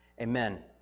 Amen